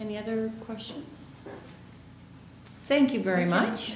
and the other question thank you very much